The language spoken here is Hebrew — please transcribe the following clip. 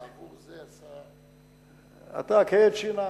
בעבור זה עשה אתה, הקהה את שיניו.